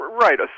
Right